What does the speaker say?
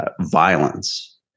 violence